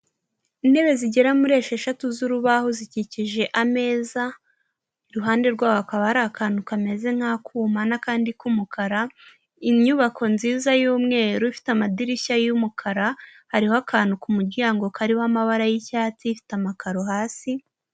Intebe zigera muri esheshatu z'urubaho zikikije ameza, iruhande rwaho hakaba hari akantu kameze nk'akuma n'akandi k'umukara, inyubako nziza y'umweru ifite amadirishya y'umukara hariho akantu ku muryango kariho amabara y'icyatsi ifite amakaro hasi.